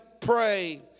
pray